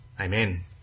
Amen